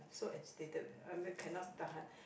so agitated I cannot tahan